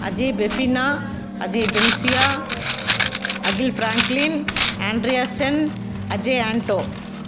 அஜே பெஃபீனா அஜே பென்சியா Akhil Franklin Andreasen Ajay Anto